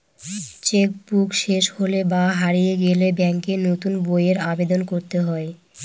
check book শেষ হলে বা হারিয়ে গেলে ব্যাঙ্কে নতুন বইয়ের আবেদন করতে হয়